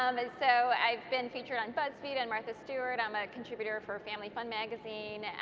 um and so i've been featured on buzzfeed and martha stewart. i am a contributor for family fun magazine,